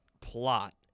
plot